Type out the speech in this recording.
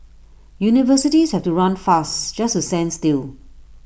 universities have to run fast just to stand still